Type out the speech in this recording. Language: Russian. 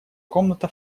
комната